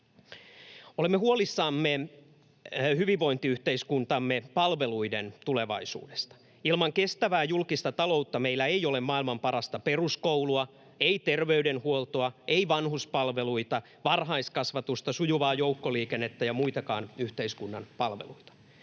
Olemme huolissamme hyvinvointiyhteiskuntamme palveluiden tulevaisuudesta. Ilman kestävää julkista taloutta meillä ei ole maailman parasta peruskoulua, ei terveydenhuoltoa, ei vanhuspalveluita, varhaiskasvatusta, sujuvaa joukkoliikennettä ja muitakaan yhteiskunnan palveluita.